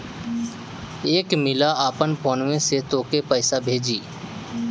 एक मिला आपन फोन्वे से तोके पइसा भेजी